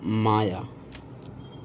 مایا